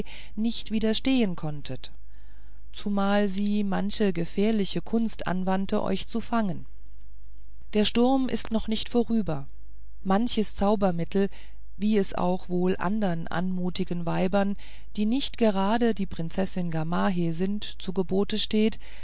nicht widerstehen konntet zumal sie manche gefährliche kunst anwandte euch zu fangen der sturm ist noch nicht vorüber manches zaubermittel wie es auch wohl andern anmutigen weibern die nicht gerade die prinzessin gamaheh sind zu gebote steht